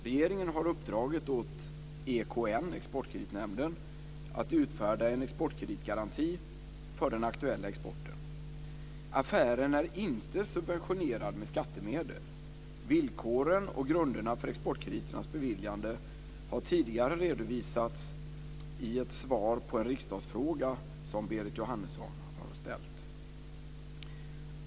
Regeringen har uppdragit åt EKN, Exportkreditnämnden, att utfärda en exportkreditgaranti för den aktuella exporten. Affären är inte subventionerad med skattemedel. Villkoren och grunderna för exportkrediternas beviljande har tidigare redovisats i ett svar på en riksdagsfråga som Berit Jóhannesson har ställt.